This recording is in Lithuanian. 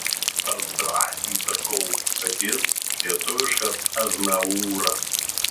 aš drąsiai sakau kad jis lietuviškas aznavūras